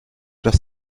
das